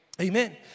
amen